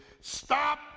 stop